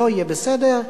לא יהיה בסדר,